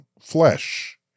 flesh